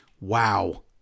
Wow